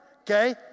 okay